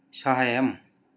सहाय्यम्